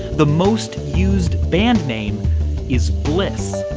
the most used band name is bliss,